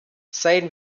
seien